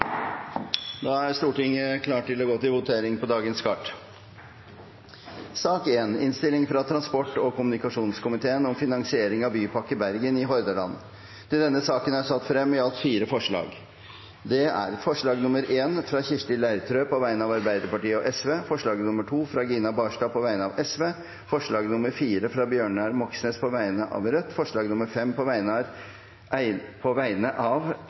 Da er Stortinget klar til å gå til votering. Under debatten er det satt frem i alt fire forslag. Det er forslag nr. 1, fra Kirsti Leirtrø på vegne av Arbeiderpartiet og Sosialistisk Venstreparti forslag nr. 2, fra Gina Barstad på vegne av Sosialistisk Venstreparti forslag nr. 4, fra Bjørnar Moxnes på vegne av Rødt forslag nr. 5, fra Per Espen Stoknes på vegne av Miljøpartiet De Grønne Det voteres først over forslag nr. 4, fra Rødt. Forslaget lyder: «Stortinget ber regjeringen bidra med 100 pst. statlig finansiering av